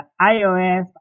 iOS